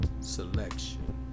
selection